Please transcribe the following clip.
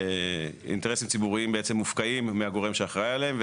שאינטרסים ציבוריים בעצם מופקעים מהגורם שאחראי עליהם,